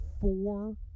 four